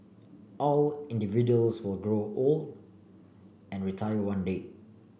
all individuals will grow old and retire one day